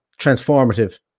transformative